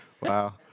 Wow